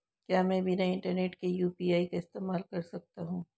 क्या मैं बिना इंटरनेट के यू.पी.आई का इस्तेमाल कर सकता हूं?